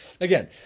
Again